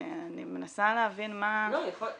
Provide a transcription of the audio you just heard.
אני מנסה להבין מה --- לא, יכול להיות